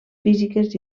físiques